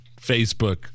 Facebook